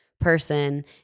person